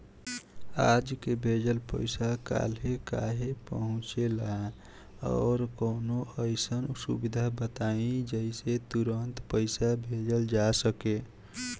आज के भेजल पैसा कालहे काहे पहुचेला और कौनों अइसन सुविधा बताई जेसे तुरंते पैसा भेजल जा सके?